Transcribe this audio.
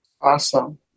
Awesome